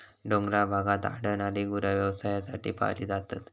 डोंगराळ भागात आढळणारी गुरा व्यवसायासाठी पाळली जातात